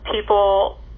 people